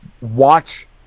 watch